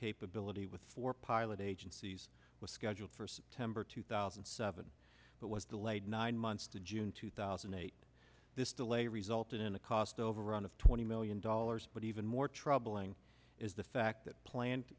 capability with four pilot agencies was scheduled for september two thousand and seven but was delayed nine months to june two thousand and eight this delay resulted in a cost overrun of twenty million dollars but even more troubling is the fact that plan